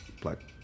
Black